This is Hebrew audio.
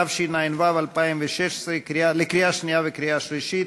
התשע"ו 2016, לקריאה שנייה וקריאה שלישית.